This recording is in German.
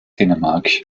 dänemark